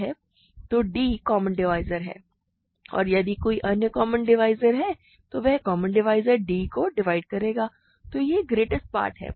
तो d common divisor है और यदि कोई अन्य कॉमन डिवाइज़र है तो वह कॉमन डिवाइज़र d को डिवाइड करेगा तो यह ग्रेटेस्ट पार्ट है